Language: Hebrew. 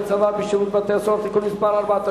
יוצאי צבא בשירות בתי-הסוהר) (תיקון מס' 4),